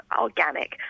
organic